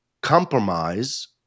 compromise